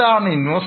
എന്താണ്Investment